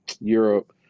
europe